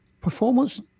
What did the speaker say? performance